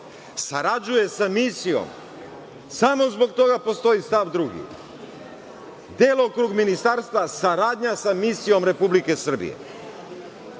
Sarađuje sa misijom, samo zbog toga postoji stav 2. Delokrug ministarstva – saradnja sa Misijom Republike Srbije.